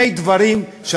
אלה שני דברים,